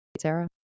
Sarah